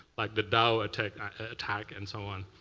like the dow attack attack and so on.